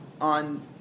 on